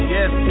Yes